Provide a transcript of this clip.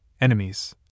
enemies